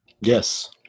Yes